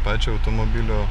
pačio automobilio